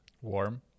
Warm